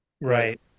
Right